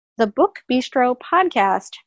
thebookbistropodcast